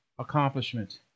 Accomplishment